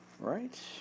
Right